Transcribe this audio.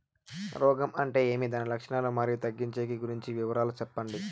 రోగం అంటే ఏమి దాని లక్షణాలు, మరియు తగ్గించేకి గురించి వివరాలు సెప్పండి?